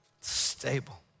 stable